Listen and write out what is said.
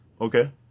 Okay